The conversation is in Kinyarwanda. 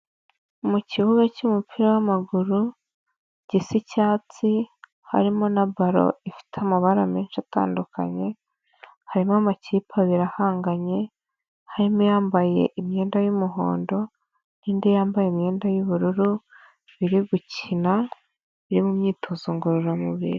Mu ikibuga cy'umupira w'amaguru gisa icyatsi harimo na ballon ifite amabara menshi atandukanye, harimo amakipe abiri ahanganye, harimo ayambaye imyenda y'umuhondo ni indi yambaye imyenda y'ubururu biri gukina, biri mu myitozo ngororamubiri.